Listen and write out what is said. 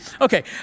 Okay